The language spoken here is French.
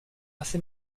assez